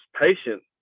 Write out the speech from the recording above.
patient